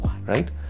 right